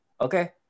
okay